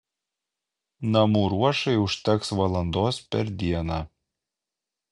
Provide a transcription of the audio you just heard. namų ruošai užteks valandos per dieną